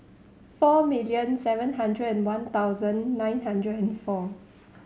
four million seven hundred and one thousand nine hundred and four